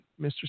Mr